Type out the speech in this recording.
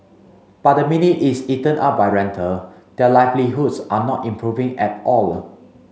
but the minute it's eaten up by rental their livelihoods are not improving at all